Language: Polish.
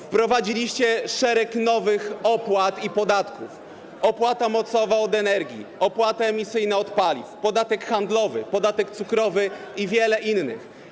Wprowadziliście szereg nowych opłat i podatków: opłatę mocową od energii, opłatę emisyjną od paliw, podatek handlowy, podatek cukrowy i wiele innych.